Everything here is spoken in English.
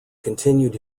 continued